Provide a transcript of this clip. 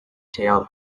tailed